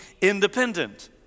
independent